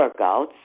workouts